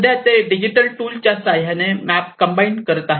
सध्या ते digital tool च्या साह्याने मॅप कंबाईन करीत आहेत